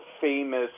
famous